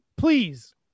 Please